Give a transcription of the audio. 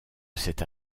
cette